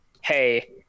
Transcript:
hey